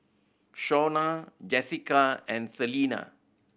Shonna Jessika and Salina